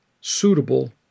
suitable